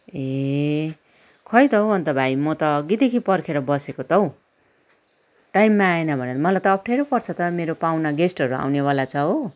ए खै त हौ अन्त भाइ म त अघिदेखि पर्खेर बसेको त हौ टाइममा आएन भने त मलाई त अप्ठ्यारो पर्छ त मेरो पाहुना गेस्टहरू आउनेवाला छ हो